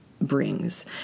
brings